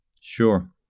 Sure